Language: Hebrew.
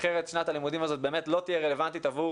אחרת שנת הלימודים הזאת באמת לא תהיה רלוונטית עבור